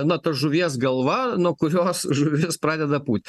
na ta žuvies galva nuo kurios žuvis pradeda pūt